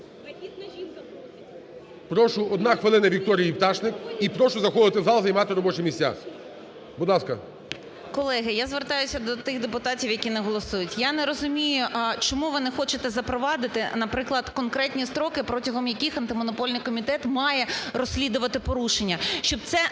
Прошу одна хвилина Вікторії Пташник. І прошу заходити в зал і займати робочі місця. Будь ласка. 10:32:19 ПТАШНИК В.Ю. Колеги, я звертаюся до тих депутатів, які не голосують. Я не розумію, чому ви не хочете запровадити, наприклад, конкретні строки, протягом яких Антимонопольний комітет має розслідувати порушення, щоб це не